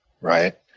right